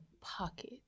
pocket